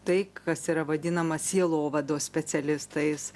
tai kas yra vadinama sielovados specialistais